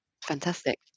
Fantastic